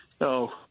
No